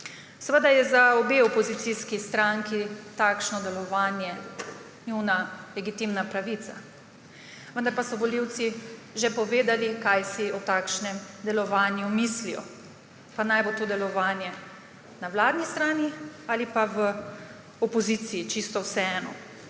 Seveda je za obe opozicijski stranki takšno delovanje njuna legitimna pravica, vendar pa so volivci že povedali, kaj si o takšnem delovanju mislijo, pa naj bo to delovanje na vladni strani ali pa v opoziciji. Čisto vseeno.